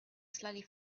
slightly